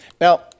Now